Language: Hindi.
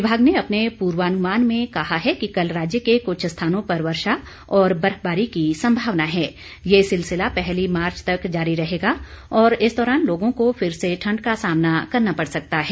विभाग ने अपने पूर्वानुमान में कहा है कि कल राज्य के कुछ स्थानों पर वर्षा और बर्फबारी की संभावना है ये सिलसिला पहली मार्च तक जारी रहेगा और इस दौरान लोगों को फिर से ठंड़ का सामना करना पड़ सकता है